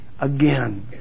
again